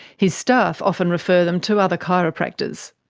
his staff often refer them to other chiropractors.